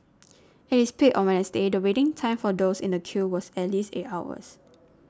at its peak on Wednesday the waiting time for those in the queue was at least eight hours